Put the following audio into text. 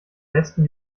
besten